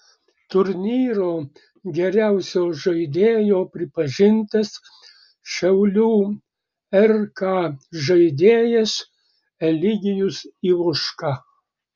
turnyro geriausio žaidėjo pripažintas šiaulių rk žaidėjas eligijus ivoška